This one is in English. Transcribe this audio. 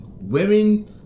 Women